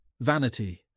vanity